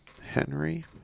Henry